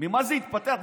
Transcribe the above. ממה זה התפתח?